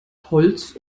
holz